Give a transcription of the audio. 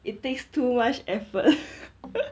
it takes too much effort